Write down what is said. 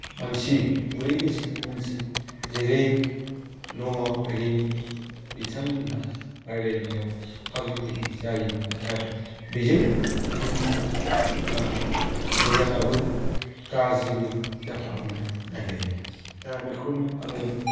मानसि गुरै गोसोनि मानसि जेरै दङ एरैनो बिथांमोनहा रायज्लायनायाव फाग्लि बायदि जायो नाथाय बेजोंनो जोंनि मोजाङाबो गाज्रिबो जाफालांनो नायगिरो दा बेखौनो आङो